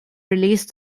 released